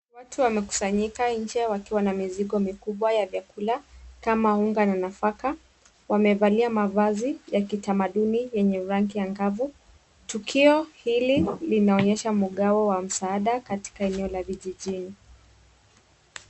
Watu wamekusanyika nje wakiwa na mizigo mikubwa ya chakula kama unga na nafaka. Wamevalia mavazi ya kitamaduni yenye rangi angavu. Tukio hili linaonyesha mgao wa msaada katika eneo la mjini.